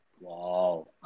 Wow